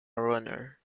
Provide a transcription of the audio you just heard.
runner